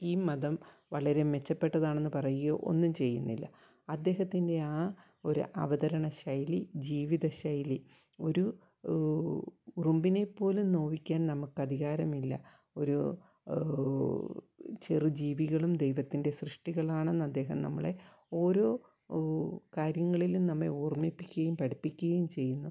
ഈ മതം വളരെ മെച്ചപ്പെട്ടതാണെന്ന് പറയുവോ ഒന്നും ചെയ്യുന്നില്ല അദ്ദേഹത്തിൻ്റെ ആ ഒരു അവതരണ ശൈലി ജീവിത ശൈലി ഒരു ഉറുമ്പിനെപ്പോലും നോവിക്കാൻ നമുക്ക് അധികാരമില്ല ഒരു ചെറു ജീവികളും ദൈവത്തിൻ്റെ സൃഷ്ടികളാണെന്ന് അദ്ദേഹം നമ്മളെ ഓരോ ഓ കാര്യങ്ങളിലും നമ്മെ ഓർമിപ്പിക്കുവേം പഠിപ്പിക്കുവേം ചെയ്യുന്നു